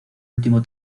último